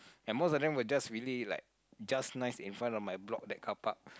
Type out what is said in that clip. and most of them were just really like just nice in front of my block that car park